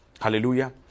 hallelujah